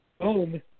boom